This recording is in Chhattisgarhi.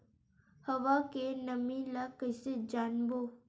हवा के नमी ल कइसे जानबो?